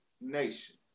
nation